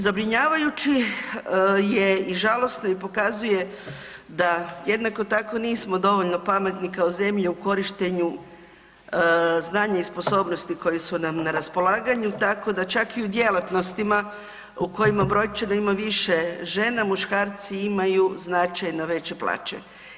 Zabrinjavajući je i žalosno i pokazuje da jednako tako nismo dovoljno pametni kao zemlja u korištenju znanja i sposobnosti koje su nam na raspolaganju tako da čak i u djelatnostima u kojima brojčano ima više žena muškarci imaju značajno veće plaće.